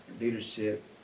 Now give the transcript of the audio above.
leadership